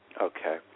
Okay